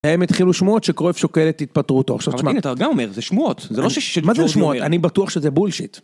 הם התחילו שמועות שקרויף שוקלת התפטרות. עכשיו אתה גם אומר זה שמועות זה לא ש... מה זה שמועות, אני בטוח שזה בולשיט.